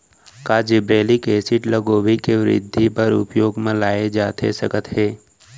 का gibberellic acid ल गोभी के वृद्धि बर उपयोग म लाये जाथे सकत हे?